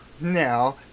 Now